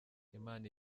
imana